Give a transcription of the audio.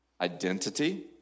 identity